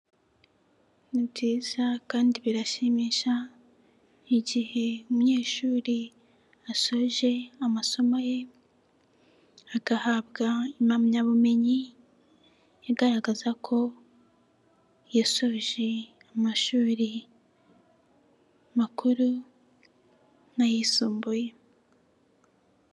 Ni byiza kandi birashimisha igihe umunyeshuri asoje amasomo ye agahabwa impamyabumenyi igaragaza ko yasoje amashuri makuru n'ayisumbuye.